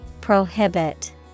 Prohibit